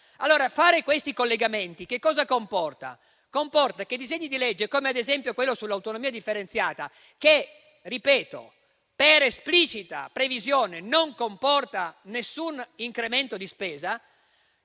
Fare questi collegamenti comporta che disegni di legge, come ad esempio quello sull’autonomia differenziata, che - ripeto - per esplicita previsione non comportano nessun incremento di spesa,